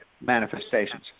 manifestations